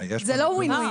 זה לא win-win.